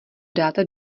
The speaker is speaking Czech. dáte